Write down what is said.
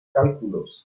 cálculos